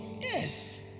Yes